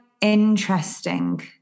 interesting